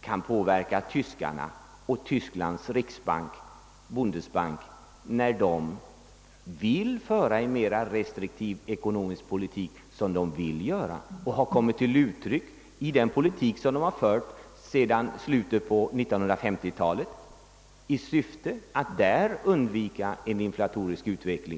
kan påverka tyskarna och deras riksbank, Bundesbank, om de vill föra en mer restriktiv ekonomisk politik, vilket de vill. Detta har kommit till uttryck i den politik de fört sedan slutet av 1950-talet i syfte att undvika en inflatorisk utveckling.